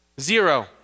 Zero